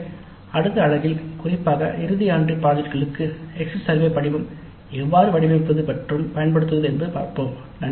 எனவே அடுத்த அலகில் குறிப்பாக இறுதி ஆண்டு ப்ராஜெக்ட்களுக்கு எக்ஸிட் சர்வே படிவம் எவ்வாறு வடிவமைப்பது மற்றும் பயன்படுத்துவது என்று பார்ப்போம்